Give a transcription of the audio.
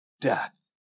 death